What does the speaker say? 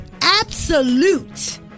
absolute